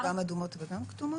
סך הכול גם אדומות וגם כתומות.